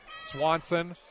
Swanson